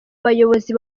bayobozi